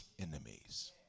enemies